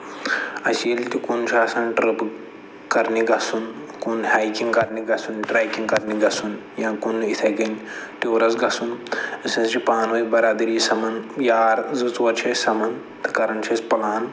اَسہِ ییٚلہِ تہِ کُن چھُ آسان ٹٕرٛپ کَرنہِ گژھُن کُن ہایکِنٛگ کَرنہِ گژھُن ٹرٛیکِنٛگ کَرنہِ گژھُن یا کُن یِتھَے کٔنۍ ٹوٗرَس گژھُن أسۍ حظ چھِ پانہٕ ؤنۍ بَرادٔری سَمان یار زٕ ژور چھِ أسۍ سَمان تہٕ کَران چھِ أسۍ پٕلان